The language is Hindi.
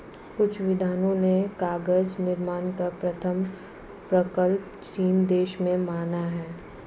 कुछ विद्वानों ने कागज निर्माण का प्रथम प्रकल्प चीन देश में माना है